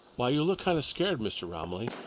why, you look kind of scared, mr. romilly.